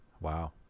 Wow